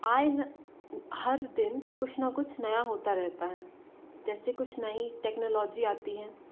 आए ना हर दिन कुछ ना कुछ नया होता रेहता है जैसे कुछ नहीं टेक्नोलॉजी आती है